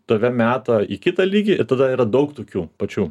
tave meta į kitą lygį ir tada yra daug tokių pačių